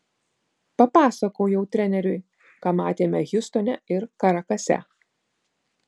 papasakojau treneriui ką matėme hjustone ir karakase